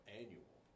annual